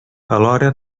alhora